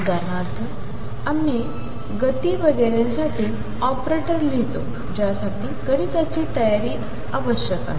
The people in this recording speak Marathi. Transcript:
उदाहरणार्थ आम्ही गती वगैरेसाठी ऑपरेटर लिहितो ज्यासाठी गणिताची तयारी आवश्यक आहे